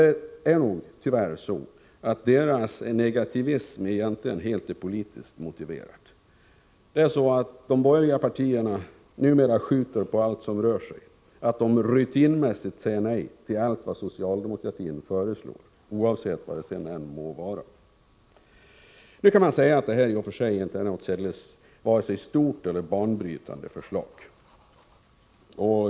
Men tyvärr är nog deras negativism helt politiskt motiverad. Det är så att de tre borgerliga partierna numera skjuter på allt som rör sig, rutinmässigt säger nej till allt vad socialdemokratin föreslår, oavsett vad det må vara. Man kan säga att förslaget om bosparande inte är något särskilt stort eller banbrytande förslag.